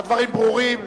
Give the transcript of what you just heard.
הדברים ברורים.